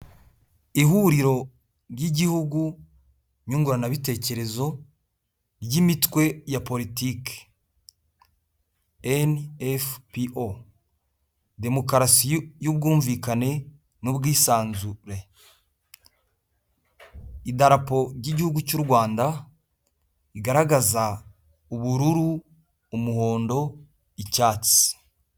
Ihuriro ry'igihugu nyunguranabitekerezo ry'imitwe ya politiki. Eni, efu, pi, o. Demukarasi y'ubwumvikane n'ubwisanzure. Idarapo ry'igihugu cy'u Rwanda, rigaragaza ubururu, umuhondo, icyatsi.